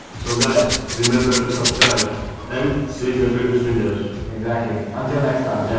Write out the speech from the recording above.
so guys remember to subscribe and see the previous videos exactly! until next time! yeah